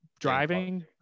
driving